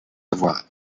avoir